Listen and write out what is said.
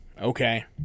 Okay